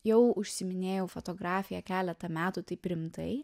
jau užsiiminėjau fotografija keletą metų taip rimtai